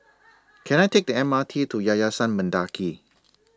Can I Take The M R T to Yayasan Mendaki